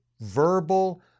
verbal